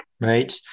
right